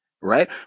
Right